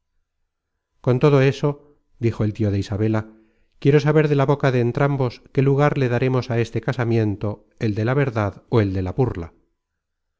con todo eso dijo el tio de isabela quiero saber de la boca de entrambos qué lugar le daremos a este casamiento el de la verdad ó el de la burla